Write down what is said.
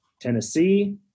tennessee